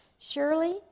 Surely